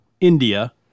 India